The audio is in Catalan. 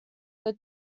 que